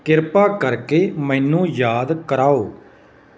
ਕਿਰਪਾ ਕਰਕੇ ਮੈਨੂੰ ਯਾਦ ਕਰਾਓ